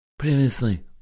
previously